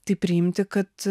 tai priimti kad